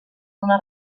una